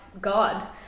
god